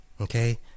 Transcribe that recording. Okay